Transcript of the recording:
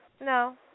no